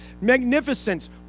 magnificence